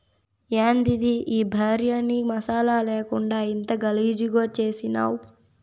యాందిది ఈ భార్యని మసాలా లేకుండా ఇంత గలీజుగా చేసినావ్